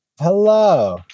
Hello